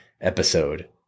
episode